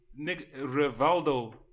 Rivaldo